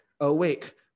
awake